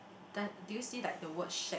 does do you see like the word shack